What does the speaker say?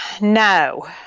No